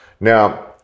Now